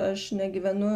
aš negyvenu